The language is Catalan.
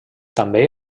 també